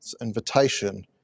invitation